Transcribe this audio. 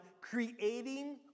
creating